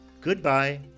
Goodbye